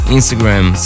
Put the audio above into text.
Instagram